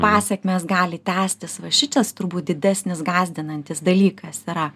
pasekmės gali tęstis va šičias turbūt didesnis gąsdinantis dalykas yra